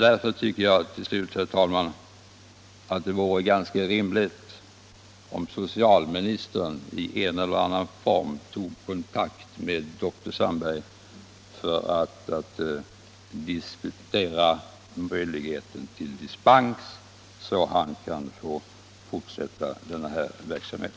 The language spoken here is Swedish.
Därför tycker jag att det vore ganska rimligt om socialministern i en eller annan form tog kontakt med doktor Sandberg för att diskutera möjligheten till dispens, så att han kan få fortsätta sin verksamhet.